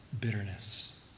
bitterness